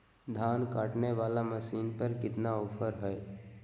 धान काटने वाला मसीन पर कितना ऑफर हाय?